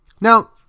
Now